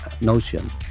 notion